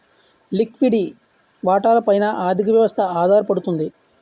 లిక్విడి వాటాల పైన ఆర్థిక వ్యవస్థ ఆధారపడుతుంది